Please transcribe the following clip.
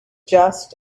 just